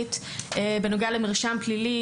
ספציפית למרשם פלילי,